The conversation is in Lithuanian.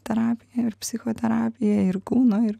terapija ir psichoterapija ir kūno ir